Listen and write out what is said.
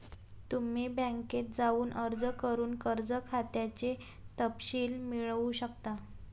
तुम्ही बँकेत जाऊन अर्ज करून कर्ज खात्याचे तपशील मिळवू शकता